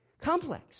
Complex